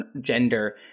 gender